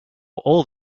old